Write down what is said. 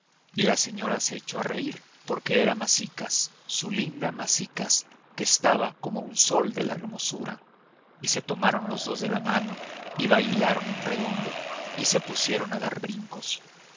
y la señora se echó a reír porque era masicas su linda masicas que estaba como un sol de la hermosura y se tomaron los dos de la mano y bailaron en redondo y se pusieron a dar brincos